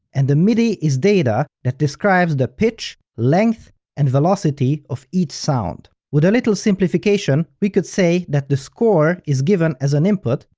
and the midi is data that describes the pitch, length and the velocity of each sound. with a little simplification, we could say that the score is given as an input,